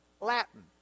Latin